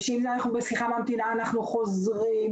ואם אנחנו בשיחה ממתינה אנחנו חוזרים.